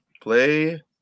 Play